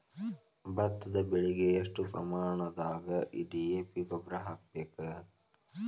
ಭತ್ತದ ಬೆಳಿಗೆ ಎಷ್ಟ ಪ್ರಮಾಣದಾಗ ಡಿ.ಎ.ಪಿ ಗೊಬ್ಬರ ಹಾಕ್ಬೇಕ?